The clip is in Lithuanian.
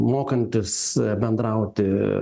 mokantis bendrauti